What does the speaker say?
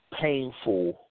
painful